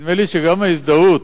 נדמה לי שגם ההזדהות